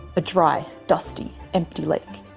a dry, dusty, empty lake.